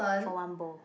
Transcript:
for one bowl